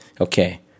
Okay